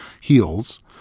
heals